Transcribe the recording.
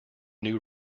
new